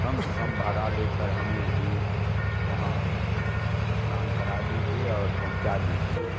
कम से कम भाड़ा लेकर हमें भी वहाँ स्नान करा दीजिए और पहुँचा दीजिए